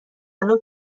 الان